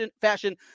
fashion